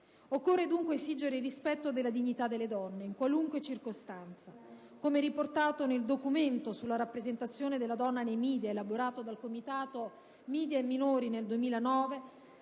Occorre dunque esigere il rispetto della dignità delle donne in qualunque circostanza. Come riportato nel documento sulla rappresentazione della donna nei *media*, elaborato dal Comitato *media* e minori nel 2009,